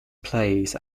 plays